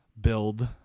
build